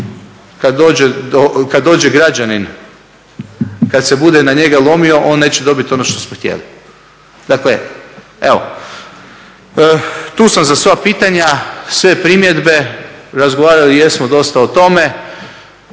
kad dođe građanin, kad se bude na njega lomio on neće dobiti ono što smo htjeli. Dakle, evo tu sam za sva pitanja, sve primjedbe. Razgovarali jesmo dosta o tome.